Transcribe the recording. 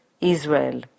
Israel